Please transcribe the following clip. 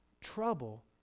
trouble